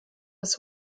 des